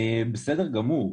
בסדר גמור.